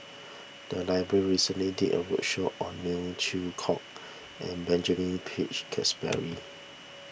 the library recently did a roadshow on Neo Chwee Kok and Benjamin Peach Keasberry